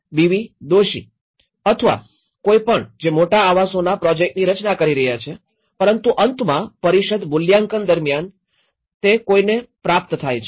Doshi અથવા કોઈપણ જે મોટા આવાસોના પ્રોજેક્ટ્સની રચના કરી રહ્યા છે પરંતુ અંતમાં પરિષદ મૂલ્યાંકન દરમિયાન તે કોને પ્રાપ્ત થાય છે